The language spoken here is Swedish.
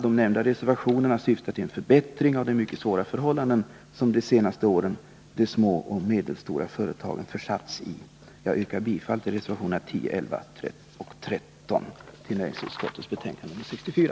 De nämnda reservationerna syftar till en förbättring av den mycket svåra situation som de små och medelstora företagen försatts i under de senaste åren. Jag yrkar bifall till reservationerna 10, 11 och 13 i näringsutskottets betänkande nr 64.